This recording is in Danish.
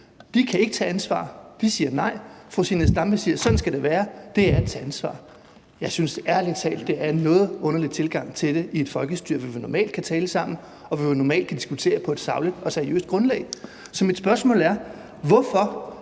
De kan ikke tage ansvar for det, de siger nej. Fru Zenia Stampe siger: Sådan skal det være; det er at tage ansvar. Jeg synes ærlig talt, det er en noget underlig tilgang til det i et folkestyre, hvor vi normalt kan tale sammen, og hvor vi normalt kan diskutere på et sagligt og seriøst grundlag. Så mit spørgsmål er: Hvorfor